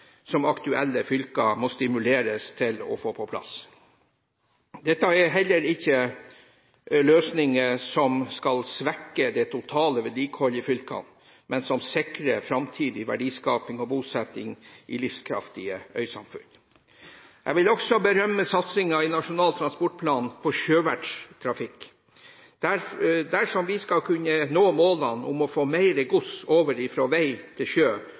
som aktuelle fylker må stimuleres til å få på plass. Dette er heller ikke løsninger som skal svekke det totale vedlikeholdet i fylkene, men som skal sikre framtidig verdiskaping og bosetting i livskraftige øysamfunn. Jeg vil også berømme satsingen i Nasjonal transportplan på sjøverts trafikk. Dersom vi skal kunne nå målene om å få mer gods over fra vei til sjø,